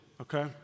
okay